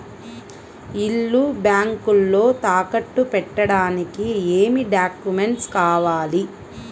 ఇల్లు బ్యాంకులో తాకట్టు పెట్టడానికి ఏమి డాక్యూమెంట్స్ కావాలి?